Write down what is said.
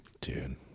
dude